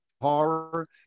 horror